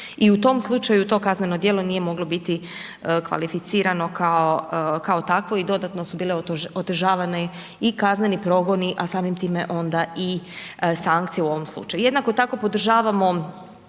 i u tom slučaju to kazneno djelo nije moglo biti kvalificirano kao, kao takvo i dodatno su bile otežavani i kazneni progoni, a samim time onda i sankcije u ovom slučaju. Jednako tako podržavamo